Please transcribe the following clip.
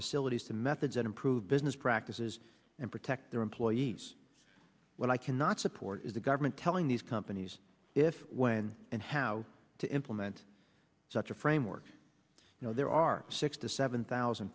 facilities to methods and improve business practices and protect their employees when i cannot support the government telling these companies if when and how to implement such a framework you know there are six to seven thousand